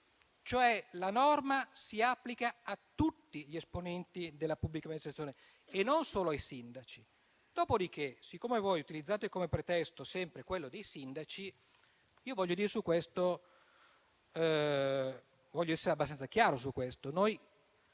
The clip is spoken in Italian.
La norma si applica, cioè, a tutti gli esponenti della pubblica amministrazione e non solo ai sindaci. Dopodiché, siccome utilizzate come pretesto sempre quello dei sindaci, voglio essere abbastanza chiaro su questo.